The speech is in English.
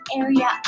area